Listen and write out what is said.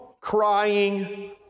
crying